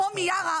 כמו מיארה,